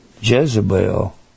Jezebel